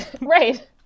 right